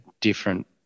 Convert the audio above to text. different